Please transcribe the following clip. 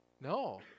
no